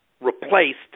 replaced